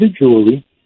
individually